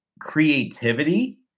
creativity